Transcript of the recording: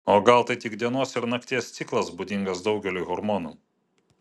o gal tai tik dienos ir nakties ciklas būdingas daugeliui hormonų